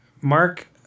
Mark